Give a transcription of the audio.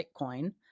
Bitcoin